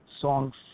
songs